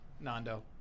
Nando